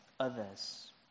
others